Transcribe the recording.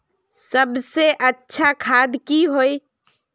सबसे अच्छा खाद की होय?